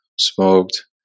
smoked